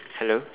hello